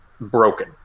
broken